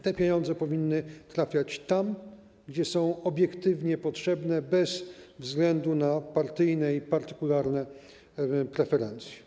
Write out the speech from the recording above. Te pieniądze powinny trafiać tam, gdzie są obiektywnie potrzebne, bez względu na partyjne i partykularne preferencje.